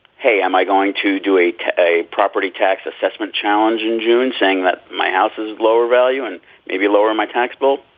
hey, am i going to do a to a property tax assessment challenge in june saying that my house is lower value and maybe lower my tax bill?